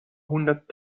hundert